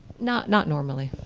not not normally.